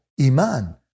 Iman